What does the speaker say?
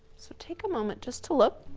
so take a moment just to look.